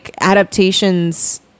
adaptations